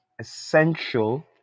essential